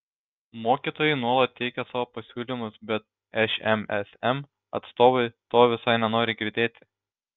mokytojai nuolat teikia savo pasiūlymus bet šmsm atstovai to visai nenori girdėti